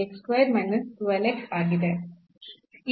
ಎಂಬುದು ಆಗಿದೆ